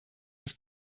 das